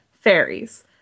fairies